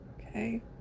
Okay